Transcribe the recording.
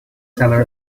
teller